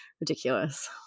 ridiculous